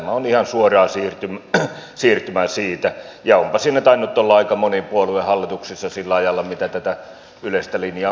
tämä on ihan suoraa siirtymää siitä ja onpa siinä tainnut olla aika moni puolue hallituksessa sillä ajalla mitä tätä yleistä linjaa on käytetty